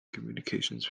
communications